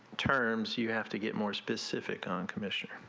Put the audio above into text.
terms you have to get more specific on commission.